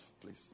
Please